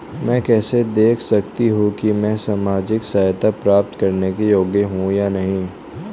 मैं कैसे देख सकती हूँ कि मैं सामाजिक सहायता प्राप्त करने के योग्य हूँ या नहीं?